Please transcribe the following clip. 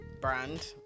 Brand